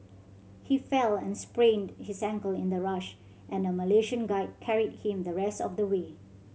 he fell and sprained his ankle in the rush and a Malaysian guide carried him the rest of the way